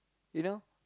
you know